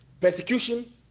persecution